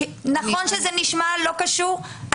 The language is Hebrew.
נכון שזה נשמע לא קשור?